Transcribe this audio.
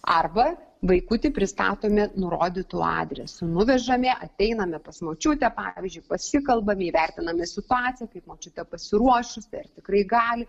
arba vaikutį pristatome nurodytu adresu nuvežame ateiname pas močiutę pavyzdžiui pasikalbame įvertiname situaciją kaip močiutė pasiruošusi ar tikrai gali